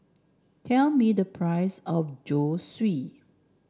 tell me the price of Zosui